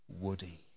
Woody